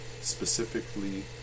specifically